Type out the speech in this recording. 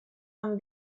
amb